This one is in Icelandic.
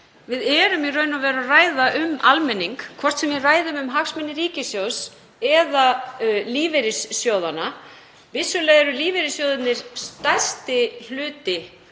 við séum í raun og veru að ræða um almenning, hvort sem við ræðum um hagsmuni ríkissjóðs eða lífeyrissjóðanna. Vissulega eru lífeyrissjóðirnir stærsti hluti